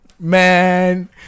Man